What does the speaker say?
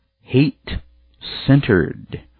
hate-centered